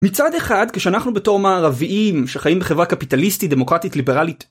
מצד אחד כשאנחנו בתור מערביים שחיים בחברה קפיטליסטית דמוקרטית ליברלית.